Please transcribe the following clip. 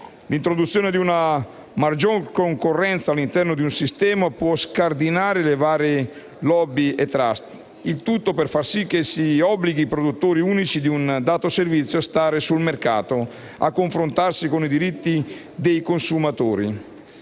L'introduzione di una maggiore concorrenza all'interno di un sistema può scardinare le varie *lobby* e i *trust*, per fare in modo che si obblighino i produttori unici di un dato servizio a stare sul mercato e a confrontarsi con i diritti dei consumatori.